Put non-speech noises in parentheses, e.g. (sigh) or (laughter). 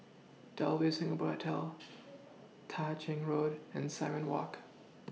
(noise) W Singapore Hotel (noise) Tah Ching Road and Simon Walk